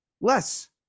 less